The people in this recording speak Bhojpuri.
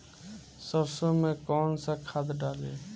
सरसो में कवन सा खाद डाली?